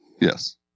Yes